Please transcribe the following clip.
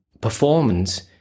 performance